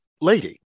lady